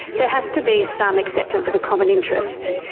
there has to be some acceptance of a common interest.